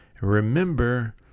remember